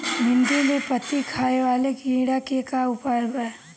भिन्डी में पत्ति खाये वाले किड़ा के का उपाय बा?